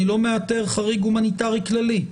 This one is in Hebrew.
אני לא מאתר חריג הומניטרי כללי.